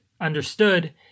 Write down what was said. understood